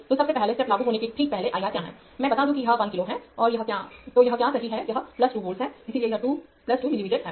तो सबसे पहले स्टेप लागू होने से ठीक पहले I R क्या है मैं बता दूं कि यह 1 किलो है तो यह क्या सही है यह 2 वोल्ट है इसलिए यह 2 मिलीमीटर है